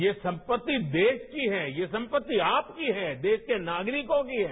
ये संपति देश की है ये संपति आपकी है देश के नागरिकों की है